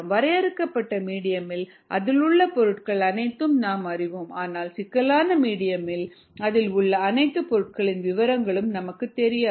வரையறுக்கப்பட்ட மீடியமில் அதிலுள்ள பொருட்கள் அனைத்தும் நாம் அறிவோம் ஆனால் சிக்கலான மீடியமில் அதில் உள்ள அனைத்து பொருட்களின் விபரங்கள் நமக்கு தெரியாது